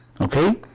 okay